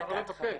אפשר לבקש.